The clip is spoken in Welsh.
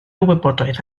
wybodaeth